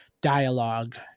dialogue